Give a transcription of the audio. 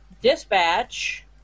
dispatch